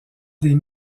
des